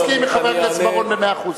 אני מסכים עם חבר הכנסת בר-און במאה אחוז.